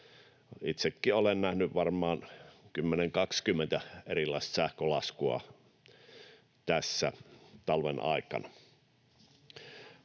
itsekin olen nähnyt varmaan 10, 20 erilaista sähkölaskua tässä talven aikana.